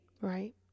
Right